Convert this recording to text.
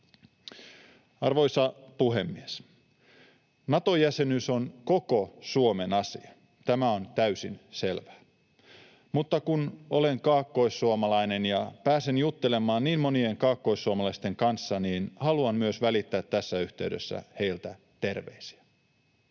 Arvoisa puhemies! Nato-jäsenyys on koko Suomen asia — tämä on täysin selvää. Mutta kun olen kaakkoissuomalainen ja pääsen juttelemaan niin monien kaakkoissuomalaisten kanssa, niin haluan myös välittää tässä yhteydessä heiltä terveisiä.